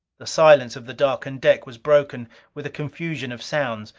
the silence of the darkened deck was broken with a confusion of sounds.